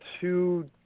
two